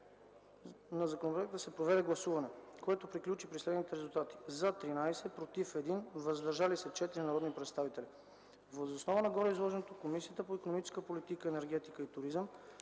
на законопроекта се проведе гласуване, което приключи при следните резултати: „за” – 13, „против” – 1 и „въздържали се” – 4 народни представители. Въз основа на гореизложеното Комисията по икономическата политика, енергетика и туризъм